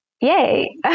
Yay